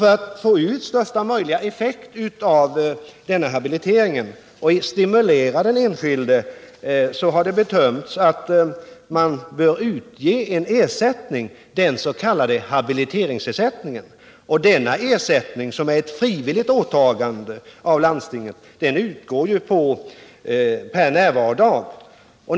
För att få ut största möjliga effekt av denna habilitering och stimulera den enskilde har det bedömts vara lämpligt att utge en ersättning, den s.k. habiliteringsersättningen. Denna ersättning, som är ett frivilligt åtagande av landstinget, utgår per närvarodag.